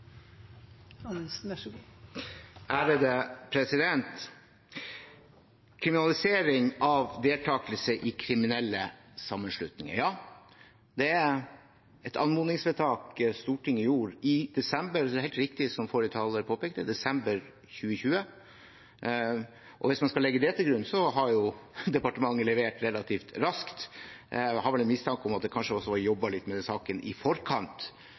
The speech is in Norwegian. et anmodningsvedtak Stortinget gjorde i desember, og det er helt riktig som forrige taler påpekte: desember 2020. Hvis man skal legge det til grunn, har departementet levert relativt raskt. Jeg har vel en mistanke om at det kanskje også har vært jobbet litt med den saken i forkant